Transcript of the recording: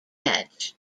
edge